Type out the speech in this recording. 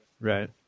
Right